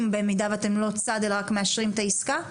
במידה ואתם לא צד אלא רק מאשרים את העסקה?